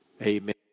Amen